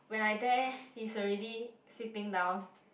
when I there he's already sitting down